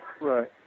Right